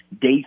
day